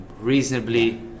reasonably